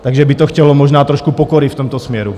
Takže by to chtělo možná trošku pokory v tomto směru.